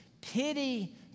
pity